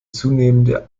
zunehmende